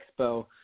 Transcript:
expo